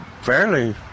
fairly